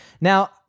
Now